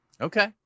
Okay